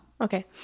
Okay